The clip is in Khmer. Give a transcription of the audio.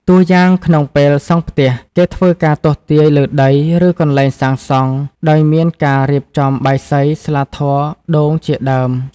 តួយ៉ាង ក្នុងពេលសង់ផ្ទះ គេធ្វើការទស្សន៍ទាយលើដី ឬកន្លែងសាងសង់ ដោយមានការរៀបចំបាយសី ស្លាធម៌ដូងជាដើម។